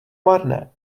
marné